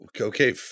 okay